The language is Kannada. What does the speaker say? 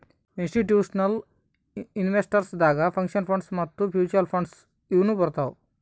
ಇಸ್ಟಿಟ್ಯೂಷನಲ್ ಇನ್ವೆಸ್ಟರ್ಸ್ ದಾಗ್ ಪೆನ್ಷನ್ ಫಂಡ್ಸ್ ಮತ್ತ್ ಮ್ಯೂಚುಅಲ್ ಫಂಡ್ಸ್ ಇವ್ನು ಬರ್ತವ್